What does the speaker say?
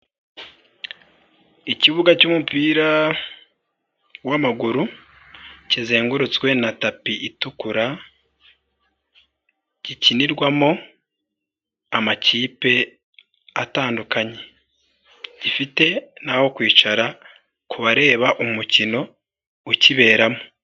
Ikibuga cy'umupira wamaguru kizengurutswe na tapi itukura, gikinirwamo amakipe atandukanye gifite n'aho kwicara kubareba umukino ukiberamo.